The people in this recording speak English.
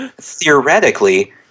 theoretically